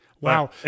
Wow